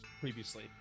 previously